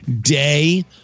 day